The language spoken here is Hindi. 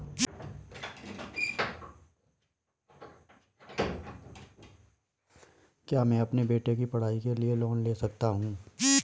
क्या मैं अपने बेटे की पढ़ाई के लिए लोंन ले सकता हूं?